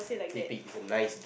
teh peng is a nice